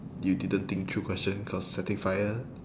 you didn't think through question cause setting fire